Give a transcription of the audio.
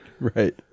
Right